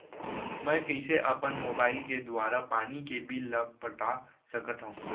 मैं कइसे अपन मोबाइल के दुवारा पानी के बिल ल पटा सकथव?